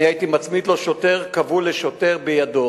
הייתי מצמיד לו שוטר וכובל אותו לידו